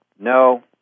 No